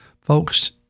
Folks